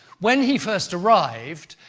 when he first arrived,